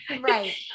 Right